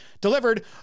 delivered